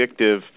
addictive